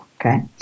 Okay